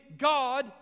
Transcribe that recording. God